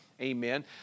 amen